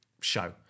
show